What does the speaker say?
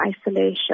isolation